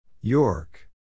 York